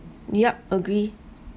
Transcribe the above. yup agree